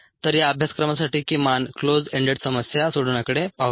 तर या अभ्यासक्रमासाठी किमान क्लोज एंडेड समस्या सोडवण्याकडे पाहूया